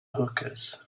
hookahs